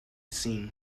seem